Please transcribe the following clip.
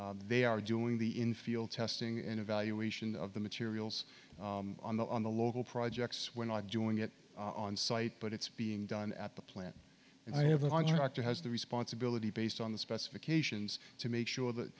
t they are doing the infield testing and evaluation of the materials on the on the local projects we're not doing it on site but it's being done at the plant and i have a long walk to has the responsibility based on the specifications to make sure that